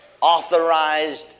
authorized